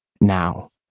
now